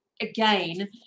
again